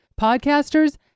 Podcasters